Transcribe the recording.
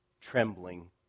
trembling